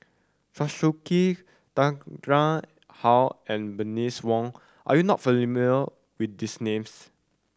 Chew Swee Kee Tan Tarn How and Bernice Wong are you not familiar with these names